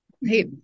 Hey